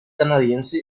canadiense